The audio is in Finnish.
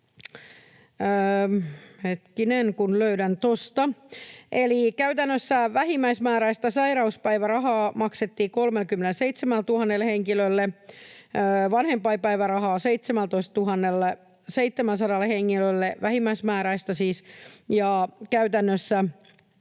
käytännössä vähimmäismääräistä sairauspäivärahaa maksettiin 37 000 henkilölle, vanhempainpäivärahaa 17 700 henkilölle, vähimmäismääräistä siis, ja käytännössä